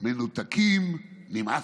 "מנותקים, נמאסתם".